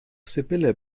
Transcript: sibylle